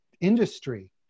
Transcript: industry